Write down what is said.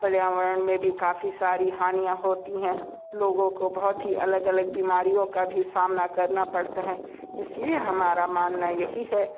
पर्यावरण में भी काफ़ी सारी हानियाँ होती हैं लोगों को बहुत ही अलग अलग बीमारियों का भी सामना करना पड़ता है इस लिए हमारा मानना यही है